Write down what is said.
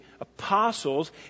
apostles